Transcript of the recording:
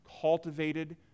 cultivated